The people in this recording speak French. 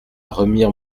remire